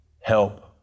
help